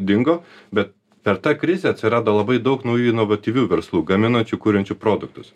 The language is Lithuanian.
dingo bet per tą krizę atsirado labai daug naujų inovatyvių verslų gaminančių kuriančių produktus